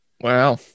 Wow